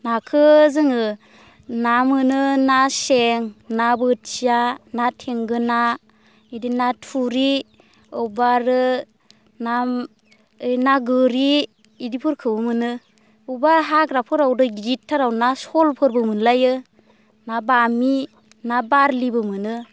नाखौ जोङो ना मोनो ना सें ना बोथिया ना थेंगोना बिदिनो ना थुरि बबेबा आरो ना गोरि बिदिफोरखौबो मोनो बबेबा हाग्राफोराव दै गिदिरथाराव ना सलफोरबो मोनलायो ना बामि ना बारलिबो मोनो